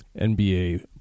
NBA